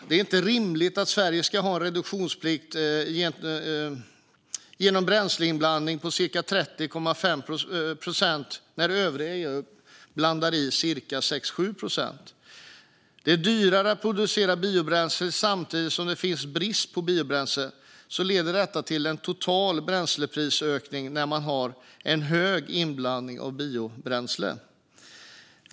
Det är inte rimligt att Sverige ska ha en reduktionsplikt med en biobränsleinblandning på 30,5 procent när övriga EU blandar in cirka 6-7 procent. Då det är dyrare att producera biobränsle samtidigt som det råder brist på biobränsle leder detta till att det totala bränslepriset ökar när man har en hög inbladning av biobränsle.